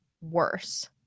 worse